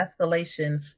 escalation